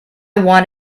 want